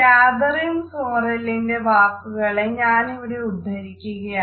Catherine സോറെല്ലിന്റ വാക്കുകളെ ഞാനിവിടെ ഉദ്ധരിക്കുകയാണ്